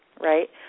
right